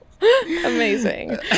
Amazing